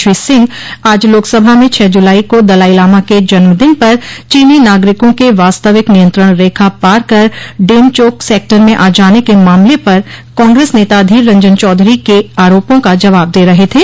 श्री सिंह आज लोकसभा में छह जुलाई को दलाईलामा के जन्मदिन पर चीनी नागरिकों के वास्तविक नियंत्रण रेखा पार कर डेमचोक सेक्टर में आ जाने के मामले पर कांग्रेस नेता अधीर रंजन चौधरी के आरोपों का जवाब दे रहे थे